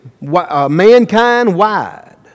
mankind-wide